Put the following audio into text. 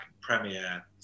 premiere